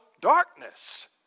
darkness